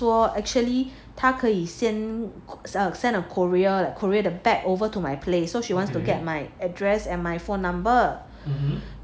说 actually 他可以先 send the courier courier the bag over to my place so she wants to get my address and my phone number